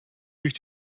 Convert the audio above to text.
durch